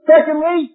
Secondly